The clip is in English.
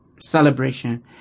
Celebration